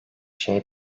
şey